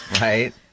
Right